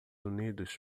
unidos